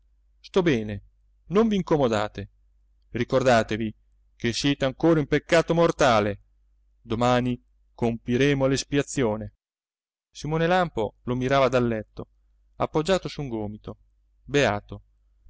sto bene non v'incomodate ricordatevi che siete ancora in peccato mortale domani compiremo l'espiazione simone lampo lo mirava dal letto appoggiato su un gomito beato